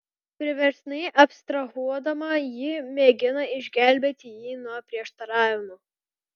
priverstinai abstrahuodama ji mėgina išgelbėti jį nuo prieštaravimų